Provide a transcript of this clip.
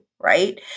Right